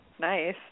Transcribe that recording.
Nice